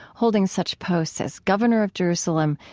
holding such posts as governor of jerusalem,